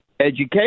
education